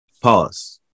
Pause